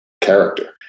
character